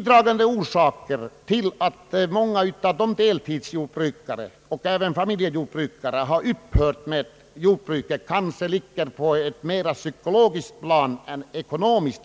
Det förhållandet att många av de deltidsanställda jordbrukarna och även familjejordbrukarna har upphört med sina jordbruk ligger kanske mera på ett psykologiskt än ekonomiskt